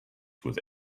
with